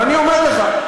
ואני אומר לך,